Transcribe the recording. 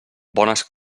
bones